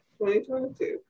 2022